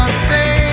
stay